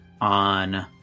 on